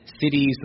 cities